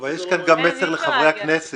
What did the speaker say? אבל יש כאן גם מסר גם לחברי הכנסת.